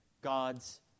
God's